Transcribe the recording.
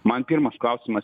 man pirmas klausimas